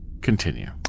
Continue